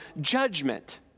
judgment